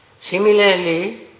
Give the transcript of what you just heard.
Similarly